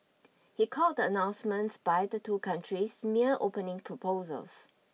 he called the announcements by the two countries mere opening proposals